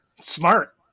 smart